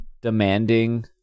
demanding